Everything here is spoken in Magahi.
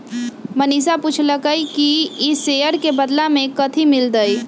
मनीषा पूछलई कि ई शेयर के बदला मे कथी मिलतई